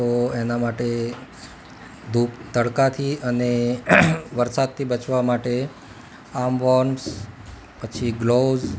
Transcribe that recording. તો એના માટે ધૂપ તડકાથી અને વરસાદથી બચવા માટે આમ વોન્સ પછી ગ્લોવ્સ